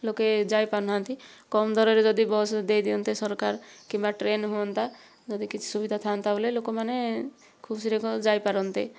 ଲୋକେ ଯାଇପାରୁନାହାନ୍ତି କମ୍ ଦରରେ ଯଦି ବସ୍ ଦେଇଦିଅନ୍ତେ ସରକାର କିମ୍ବା ଟ୍ରେନ୍ ହୁଅନ୍ତା ଯଦି କିଛି ସୁବିଧା ଥାଆନ୍ତା ବୋଲେ ଲୋକମାନେ ଖୁସିରେ କ'ଣ ଯାଇପାରନ୍ତେ